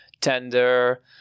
Tender